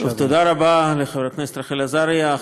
תודה רבה לחברת הכנסת רחל עזריה.